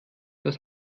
das